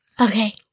Okay